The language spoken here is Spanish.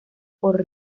por